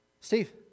Steve